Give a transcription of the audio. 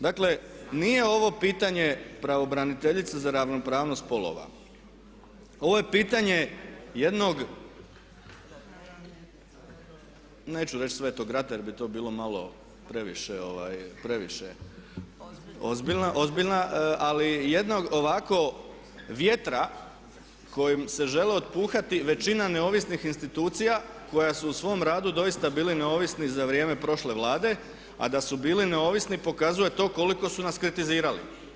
Dakle, nije ovo pitanje pravobraniteljice za ravnopravnost spolova, ovo je pitanje jednog neću reći svetog rata jer bi to bilo malo previše ozbiljno, ali jednog ovako vjetra kojem se žele otpuhati većina neovisnih institucija koja su u svom radu doista bili neovisni za vrijeme prošle Vlade, a da su bili neovisni pokazuje to koliko su nas kritizirali.